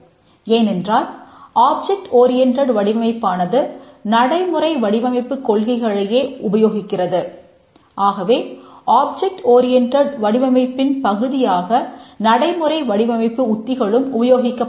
ஏனென்றால் object oriented வடிவமைப்பின் பகுதியாக நடைமுறை வடிவமைப்பு உத்திகளும் உபயோகிக்கப்படுகின்றன